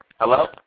hello